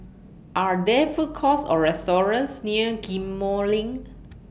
Are There Food Courts Or restaurants near Ghim Moh LINK